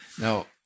Now